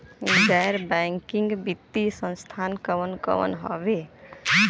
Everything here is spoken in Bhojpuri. गैर बैकिंग वित्तीय संस्थान कौन कौन हउवे?